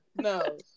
No